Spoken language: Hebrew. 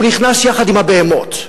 הוא נכנס יחד עם הבהמות.